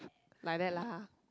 like that lah